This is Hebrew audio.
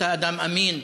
אתה אדם אמין.